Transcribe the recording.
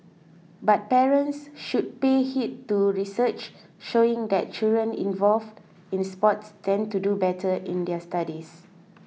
but parents should pay heed to research showing that children involved in sports tend to do better in their studies